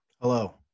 Hello